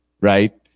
right